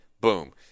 boom